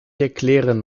erklären